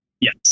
yes